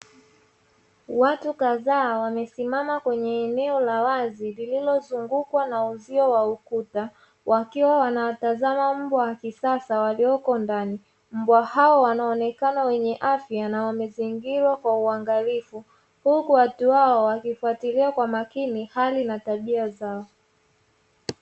Watu kadhaa wamesimama kwenye eneo la wazi lililozungukwa na uzio wa ukuta, wakiwa wanatazama mbwa wa kisasa walioko ndani. Mbwa hao wanaonekana wenye afya huku wakiangaliwa kwa makini hali na tabia zao.